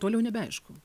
toliau neaišku